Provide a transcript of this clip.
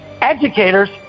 educators